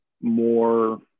more